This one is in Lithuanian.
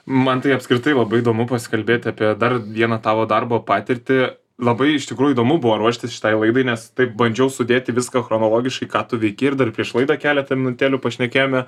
man tai apskritai labai įdomu pasikalbėti apie dar vieną tavo darbo patirtį labai iš tikrųjų įdomu buvo ruoštis šitai laidai nes taip bandžiau sudėti viską chronologiškai ką tu veiki ir dar prieš laidą keletą minutėlių pašnekėjome